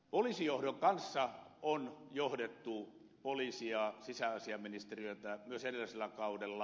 poliisijohdon kanssa on johdettu poliisia sisäasiainministeriötä myös edellisellä kaudella